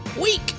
week